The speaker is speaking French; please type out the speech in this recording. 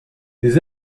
les